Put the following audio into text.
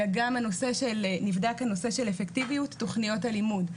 אלא גם נבדק הנושא של אפקטיביות תכניות הלימוד,